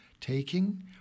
taking